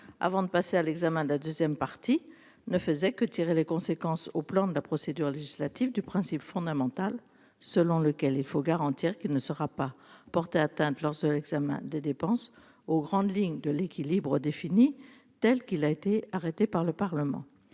avant de passer à l'examen de la 2ème partie ne faisait que tirer les conséquences au plan de la procédure législative du principe fondamental selon lequel il faut garantir qu'il ne sera pas porter atteinte lorsque l'examen des dépenses aux grandes lignes de l'équilibre défini telle qu'il a été arrêté par le Parlement,